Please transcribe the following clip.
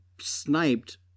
sniped